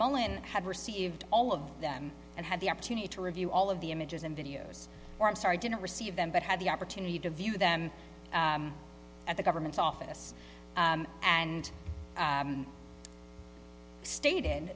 mullin had received all of them and had the opportunity to review all of the images and videos or i'm sorry i didn't receive them but i had the opportunity to view them at the government's office and stated